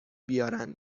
بیارن